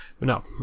no